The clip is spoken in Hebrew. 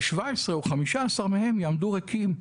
אני מעריך ש-17 או 15 מהם יעמדו ריקים,